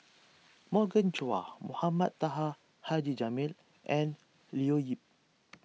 Morgan Chua Mohamed Taha Haji Jamil and Leo Yip